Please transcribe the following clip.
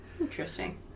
Interesting